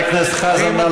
חבר הכנסת חזן,